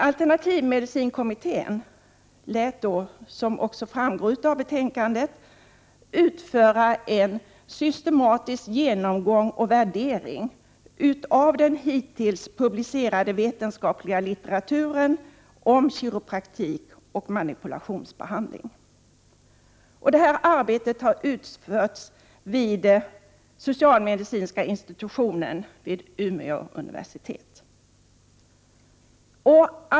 AMK lät, som också framgår av betänkandet, utföra en systematisk genomgång och värdering av den hittills publicerade vetenskapliga litteraturen om kiropraktik och manipulationsbehandling. Arbetet har utförts vid socialmedicinska institutionen vid Umeå universitet.